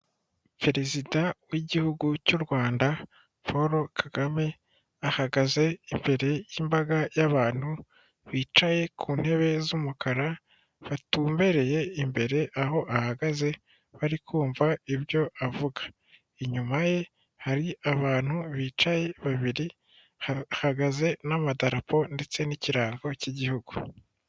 Perezida w'igihugu cy'u Rwanda Paul Kagame ahagaze imbere y'imbaga y'abantu bicaye ku ntebe z'umukara, batumbereye imbere aho ahagaze bari kumva ibyo avuga, inyuma ye hari abantu bicaye babiri hahagaze n'amadarapo ndetse n'ikirango cy'igihugu.